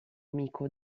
amico